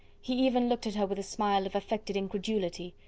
he even looked at her with a smile of affected incredulity.